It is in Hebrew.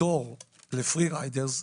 פטור ל-Free riders,